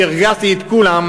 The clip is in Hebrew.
כשהרגזתי את כולם,